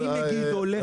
ממגידו לחדרה.